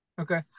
okay